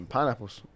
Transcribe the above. Pineapples